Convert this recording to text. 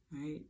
right